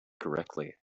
correctly